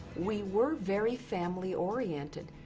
we were very family-oriented.